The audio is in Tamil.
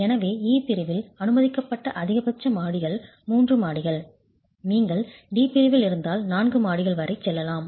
எனவே E பிரிவில் அனுமதிக்கப்பட்ட அதிகபட்ச மாடிகள் 3 மாடிகள் நீங்கள் D பிரிவில் இருந்தால் நான்கு மாடிகள் வரை செல்லலாம்